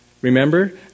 Remember